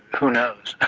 who knows.